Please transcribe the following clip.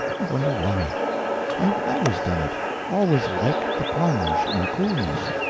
i wonder why i have always done it always liked the plunge, and coolness.